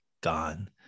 gone